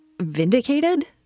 vindicated